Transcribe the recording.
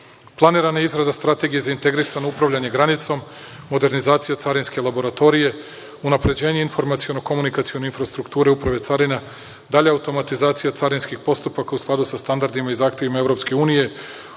je izrada strategije za integrisano upravljanje granicom, modernizacija carinske laboratorije, unapređenje informaciono-komunikacione infrastrukture Uprave carina, dalja automatizacija carinskih postupaka u skladu sa standardima i zahtevima EU, uvođenje